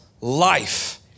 life